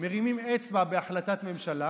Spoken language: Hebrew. מרימים אצבע בהחלטת ממשלה